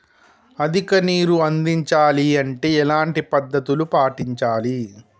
అధిక నీరు అందించాలి అంటే ఎలాంటి పద్ధతులు పాటించాలి?